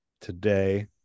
today